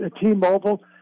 T-Mobile